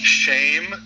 shame